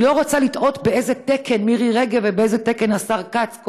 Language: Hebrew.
אני לא רוצה לתהות באיזה תקן מירי רגב ובאיזה תקן השר כץ,